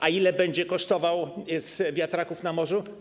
A ile będzie kosztowała z wiatraków na morzu?